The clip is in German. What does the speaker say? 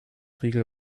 riegel